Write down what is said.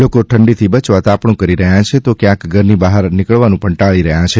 લોકો ઠંડીથી બચવા તાપણુ કરી રહ્યા છે તો ક્યાંક ઘરની બહાર નીકળવાનું ટાળી રહ્યા છે